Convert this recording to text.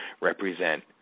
represent